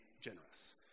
generous